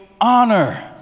honor